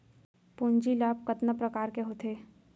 पूंजी लाभ कतना प्रकार के होथे?